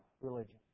religion